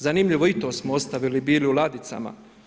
Zanimljivo i to smo ostavili bili u ladicama.